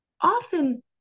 Often